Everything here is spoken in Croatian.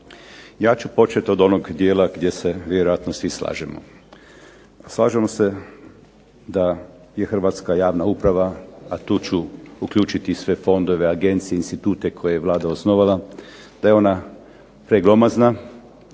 Ja ću početi od onog dijela gdje se vjerojatno svi slažemo. Slažemo se da je hrvatska javna uprava, a tu ću uključiti i sve fondove, agencije, institute koje je Vlada osnovala, da je ona preglomazna,